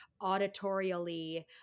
auditorially